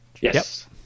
Yes